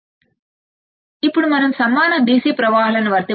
మనం input offset కరెంట్ను కనుగొనాలనుకుంటే సూత్రం Ib | Ib1 Ib2 | కు సమానం